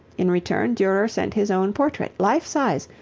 in return durer sent his own portrait, life size,